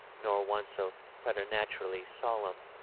nor one so pretematurally solemn.